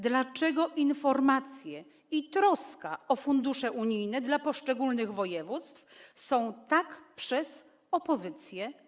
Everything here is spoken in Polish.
Dlaczego informacje i troska o fundusze unijne dla poszczególnych województw są tak odbierane przez opozycję?